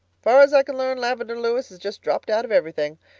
far as i can learn lavendar lewis has just dropped out of everything.